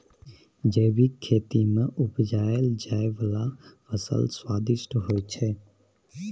जैबिक खेती मे उपजाएल जाइ बला फसल स्वादिष्ट होइ छै